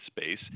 space